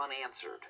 unanswered